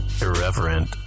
irreverent